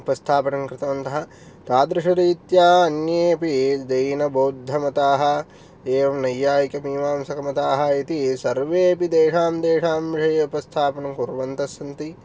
उपस्थापनं कृतवन्तः तादृशरित्या अन्येऽपि जैनबौद्धमताः एवं नैयायिकमिमांसकमताः इति सर्वेऽपि तेषां तेषां विषये उपस्थापनं कुर्वन्तः सन्ति